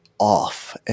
off